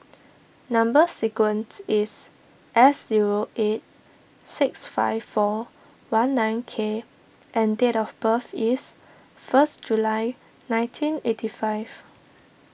Number Sequence is S zero eight six five four one nine K and date of birth is first July nineteen eighty five